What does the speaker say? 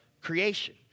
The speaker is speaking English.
creation